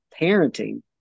parenting